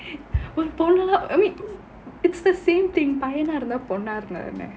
ஒரு பொண்ணுன்னா:oru ponnunaa I mean it's the same thing பையனா இருந்தா பொண்ணா இருந்தா என்ன:paiyanaa irunthaa ponnaa irunthaa enna